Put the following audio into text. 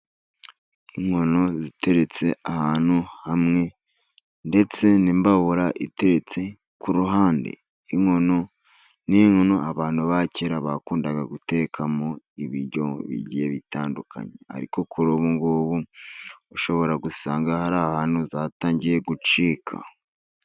Inkono ziteretse ahantu hamwe ndetse n'imbabura iteretse ku ruhande. Inkono ni inkono abantu bakera bakundaga gutekamo ibiryo bigiye bitandukanye, ariko kuri ubu ngubu ushobora gusanga hari ahantu zatangiye gucika.